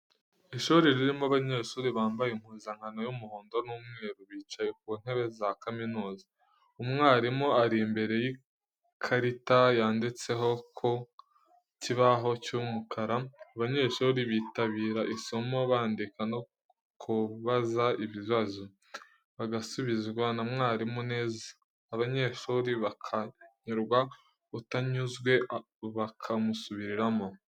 Ishuri ririmo abanyeshuri bambaye impuzankano y’umuhondo n’umweru, bicaye ku ntebe za kaminuza. Umwarimu ari imbere y’ikarita yandikaho ku kibaho cy’umukara, abanyeshuri bitabira isomo, bandika no kubaza ibibazo, bagasubizwa na mwarimu neza abanyeshuri bakanyurwa, utanyuzwe bakamusubiriramo.